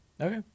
Okay